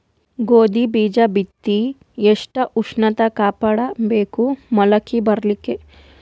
ಗೋಧಿ ಬೀಜ ಬಿತ್ತಿ ಎಷ್ಟ ಉಷ್ಣತ ಕಾಪಾಡ ಬೇಕು ಮೊಲಕಿ ಬರಲಿಕ್ಕೆ?